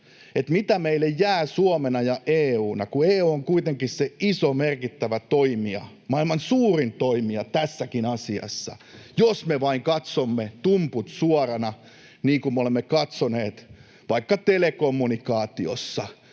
mitä meille jää Suomena ja EU:na, kun EU on kuitenkin se iso, merkittävät toimija, maailman suurin toimija tässäkin asiassa, jos me vain katsomme tumput suorana, niin kuin me olemme katsoneet vaikka telekommunikaatiossa,